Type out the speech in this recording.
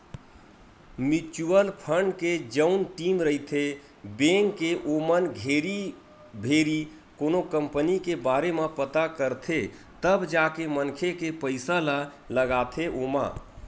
mutual fund के जउन team रहिथे बेंक के ओमन घेरी भेरी कोनो कंपनी के बारे म पता करथे तब जाके मनखे के पइसा ल लगाथे ओमा